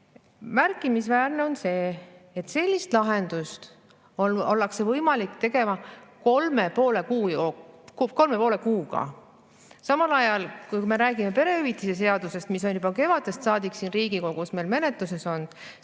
Märkimisväärne on see, et sellist lahendust ollakse võimelised tegema kolme ja poole kuuga. Samal ajal, perehüvitiste seaduse kohta, mis on juba kevadest saadik siin Riigikogus menetluses olnud,